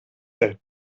said